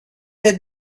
had